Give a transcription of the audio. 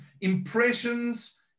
impressions